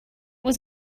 was